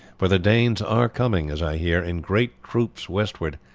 for the danes are coming, as i hear, in great troops westward,